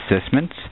assessments